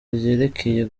ryerekeye